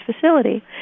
facility